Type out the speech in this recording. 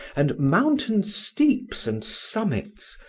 and mountain-steeps and summits,